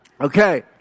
Okay